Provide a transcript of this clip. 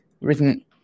Written